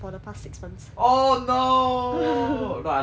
oh no no I lost weight already